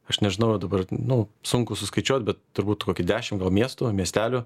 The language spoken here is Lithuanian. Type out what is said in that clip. aš nežinau dabar nu sunku suskaičiuot bet turbūt kokį dešim gal miestų miestelių